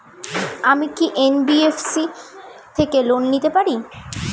আমি কি এন.বি.এফ.সি থেকে লোন নিতে পারি?